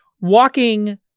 walking